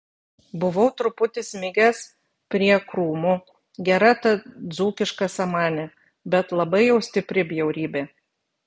buvau truputį smigęs prie krūmų gera ta dzūkiška samanė bet labai jau stipri bjaurybė